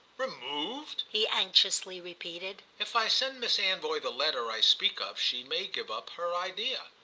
removed? he anxiously repeated. if i send miss anvoy the letter i speak of she may give up her idea.